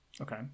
Okay